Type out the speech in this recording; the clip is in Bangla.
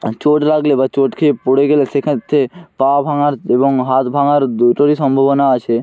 চোট লাগলে বা চোট খেয়ে পড়ে গেলে সে ক্ষেত্রে পা ভাঙার এবং হাত ভাঙার দুটোরই সম্ভাবনা আছে